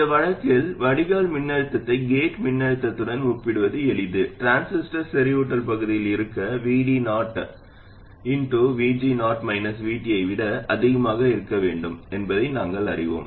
இந்த வழக்கில் வடிகால் மின்னழுத்தத்தை கேட் மின்னழுத்தத்துடன் ஒப்பிடுவது எளிது டிரான்சிஸ்டர் செறிவூட்டல் பகுதியில் இருக்க VD0 ஐ விட அதிகமாக இருக்க வேண்டும் என்பதை நாங்கள் அறிவோம்